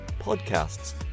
podcasts